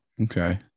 Okay